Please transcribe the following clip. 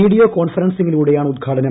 video കോൺഫറൻസിംഗിലൂടെയാണ് ഉദ്ഘാടനം